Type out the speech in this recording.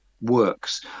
works